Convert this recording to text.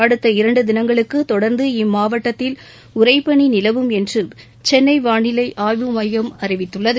அடுத்த இரண்டு தினங்களுக்கு தொடர்ந்து இம்மாவட்டத்தில் உறைபனி நிலவும் என்றும் சென்னை வானிலை ஆய்வு மையம் அறிவித்துள்ளது